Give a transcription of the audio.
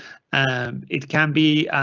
and it can be, ah,